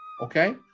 Okay